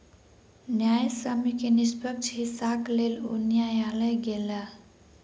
न्यायसम्य के निष्पक्ष हिस्साक लेल ओ न्यायलय गेला